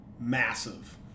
massive